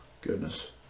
goodness